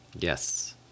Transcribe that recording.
yes